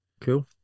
cool